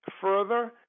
Further